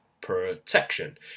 protection